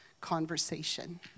conversation